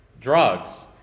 drugs